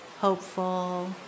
hopeful